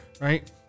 right